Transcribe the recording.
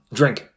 drink